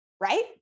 right